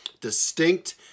distinct